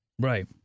Right